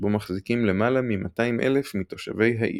שבו מחזיקים למעלה מ-200 אלף מתושבי העיר.